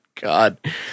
God